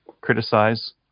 Criticize